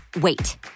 wait